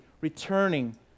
returning